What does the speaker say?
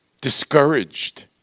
discouraged